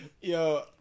Yo